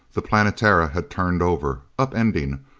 the planetara had turned over. upending.